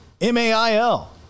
m-a-i-l